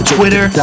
Twitter